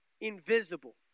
invisible